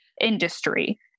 industry